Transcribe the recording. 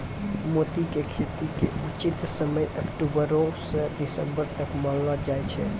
मोती के खेती के उचित समय अक्टुबरो स दिसम्बर तक मानलो जाय छै